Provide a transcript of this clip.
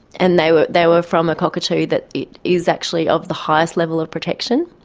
and they were they were from a cockatoo that is actually of the highest level of protection.